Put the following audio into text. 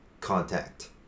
contact